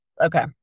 Okay